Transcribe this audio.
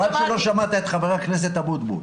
חבל שלא שמעת את ח"כ אבוטבול.